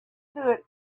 stood